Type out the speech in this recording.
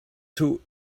two